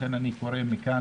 לכן אני קורא מכאן